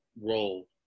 role